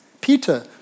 Peter